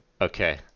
Okay